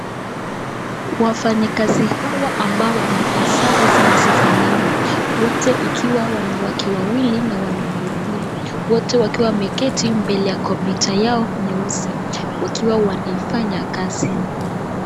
Wafanyikazi hawa ambao wamevaa sare zinazofanana. Wote ikiwa wanawake wawili na wanaume wawili. Wote wakiwa wameketi mbele ya kompyuta yao nyeusi, wakiwa wanaifanya kazi.